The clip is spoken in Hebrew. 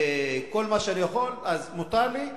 כל מה שאני יכול אז מותר לי,